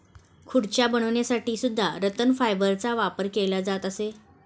खुर्च्या बनवण्यासाठी सुद्धा रतन फायबरचा वापर केला जात असे